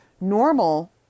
normal